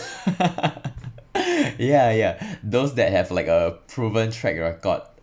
yeah yeah those that have like a proven track record